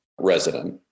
resident